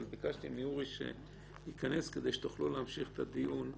אבל ביקשתי מאורי שייכנס כדי שתוכלו להמשיך את הדיון.